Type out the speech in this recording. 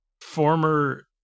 former